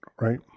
right